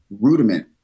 rudiment